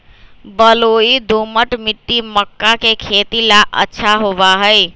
बलुई, दोमट मिट्टी मक्का के खेती ला अच्छा होबा हई